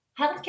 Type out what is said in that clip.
healthcare